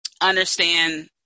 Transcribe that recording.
understand